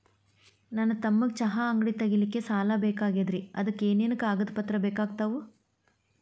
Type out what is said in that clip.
ನನ್ನ ತಮ್ಮಗ ಚಹಾ ಅಂಗಡಿ ತಗಿಲಿಕ್ಕೆ ಸಾಲ ಬೇಕಾಗೆದ್ರಿ ಅದಕ ಏನೇನು ಕಾಗದ ಪತ್ರ ಬೇಕಾಗ್ತವು?